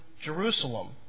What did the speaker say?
Jerusalem